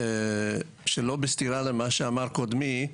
שלא בסתירה למה שאמר קודמי,